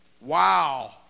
Wow